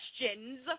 questions